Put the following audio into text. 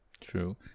True